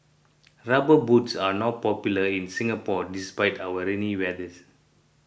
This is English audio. rubber boots are not popular in Singapore despite our rainy weather